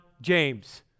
James